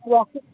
ते ऑफिस